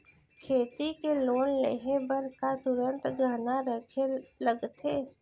खेती के लोन लेहे बर का तुरंत गहना रखे लगथे?